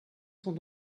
sont